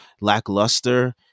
lackluster